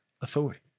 authority